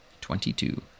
Twenty-two